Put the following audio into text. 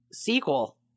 Sequel